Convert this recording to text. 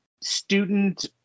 student